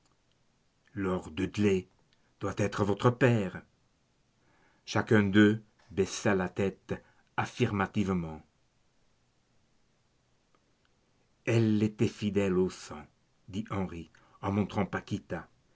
mot lord dudley doit être votre père chacun d'eux baissa la tête affirmativement elle était fidèle au sang dit henri en montrant